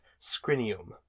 scrinium